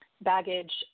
baggage